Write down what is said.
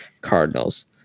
Cardinals